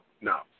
no